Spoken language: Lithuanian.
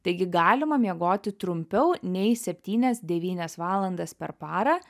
taigi galima miegoti trumpiau nei septynias devynias valandas per parą